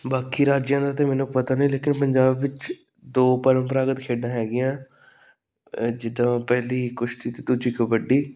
ਬਾਕੀ ਰਾਜਾਂ ਦਾ ਤਾਂ ਮੈਨੂੰ ਪਤਾ ਨਹੀਂ ਲੇਕਿਨ ਪੰਜਾਬ ਵਿੱਚ ਦੋ ਪ੍ਰੰਪਰਾਗਤ ਖੇਡਾਂ ਹੈਗੀਆਂ ਜਿੱਦਾਂ ਪਹਿਲੀ ਕੁਸ਼ਤੀ ਅਤੇ ਦੂਜੀ ਕਬੱਡੀ